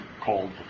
called